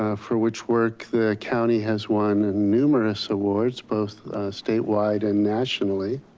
ah for which work the county has won numerous awards, both statewide and nationally.